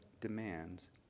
demands